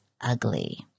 ugly